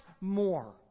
more